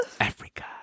Africa